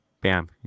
Bam